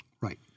Right